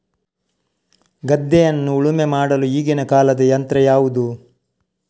ಗದ್ದೆಯನ್ನು ಉಳುಮೆ ಮಾಡಲು ಈಗಿನ ಕಾಲದ ಯಂತ್ರ ಯಾವುದು?